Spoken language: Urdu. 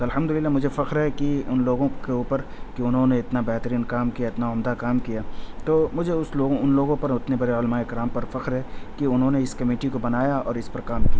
تو الحمد للہ مجھے فخر ہے کی ان لوگوں کے اوپر کہ انہوں نے اتنا بہترین کام کیا اتنا عمدہ کام کیا تو مجھے اس لوگوں ان لوگوں پر اتنے بڑے علمائے کرام پر فخر ہے کہ انہوں نے اس کمیٹی کو بنایا اور اس پر کام کیا